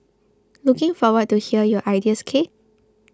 looking forward to hear your ideas k